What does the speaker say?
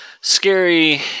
scary